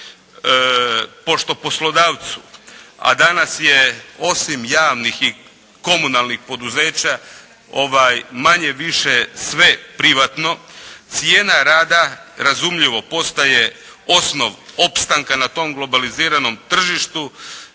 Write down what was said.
Pošto poslodavcu, a danas je osim javnih i komunalnih poduzeća manje-više sve privatno cijena rada razumljivo postaje osnov opstanka na tom globaliziranom tržištu.